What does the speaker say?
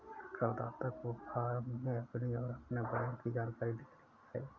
करदाता को फॉर्म में अपनी और अपने बैंक की जानकारी लिखनी है